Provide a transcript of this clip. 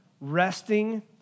resting